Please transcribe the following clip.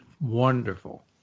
wonderful